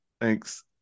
thanks